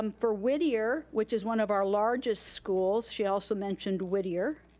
um for whittier, which is one of our largest schools, she also mentioned whittier.